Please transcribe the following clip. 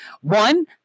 One